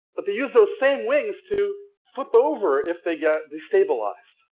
but they use those same wings to flip over if they get destabilized.